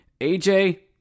AJ